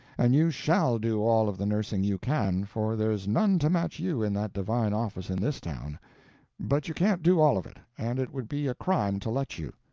and you shall do all of the nursing you can, for there's none to match you in that divine office in this town but you can't do all of it, and it would be a crime to let you.